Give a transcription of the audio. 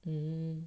mm